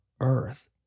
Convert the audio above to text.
Earth